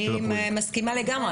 אני מסכימה לגמרי,